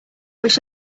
wish